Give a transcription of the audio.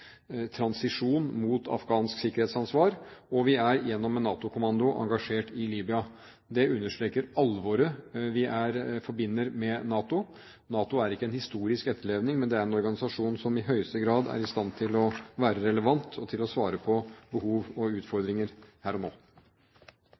transisjon mot afghansk sikkerhetsansvar. Og vi er gjennom en NATO-kommando engasjert i Libya. Det understreker alvoret vi forbinder med NATO. NATO er ikke en historisk etterlevning, men en organisasjon som i høyeste grad er i stand til å være relevant, og til å svare på behov og